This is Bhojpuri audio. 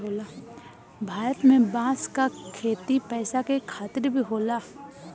भारत में बांस क खेती पैसा के खातिर भी होला